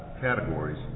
categories